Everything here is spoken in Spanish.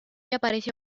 apareció